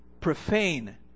profane